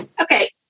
Okay